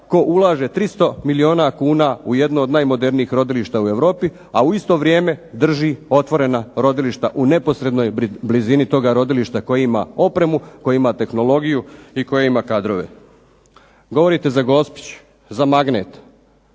tko ulaže 300 milijuna kuna u jedno od najmodernijih rodilišta u Europi, a u isto vrijeme drži otvorena rodilišta u neposrednoj blizini toga rodilišta koje ima opremu, koje ima tehnologiju i koje ima kadrove. Govorite za Gospić, za magnet.